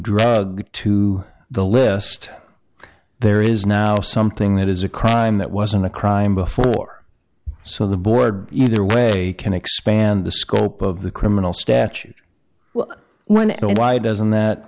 drug to the list there is now something that is a crime that wasn't a crime before so the board either way can expand the scope of the criminal statute one and why doesn't that